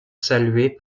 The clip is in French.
saluée